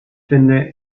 finde